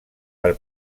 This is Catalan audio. per